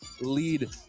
lead